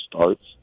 starts